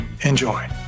enjoy